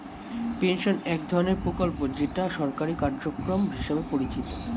pension এক ধরনের প্রকল্প যেটা সরকারি কার্যক্রম হিসেবে পরিচিত